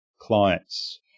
clients